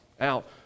out